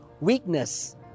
weakness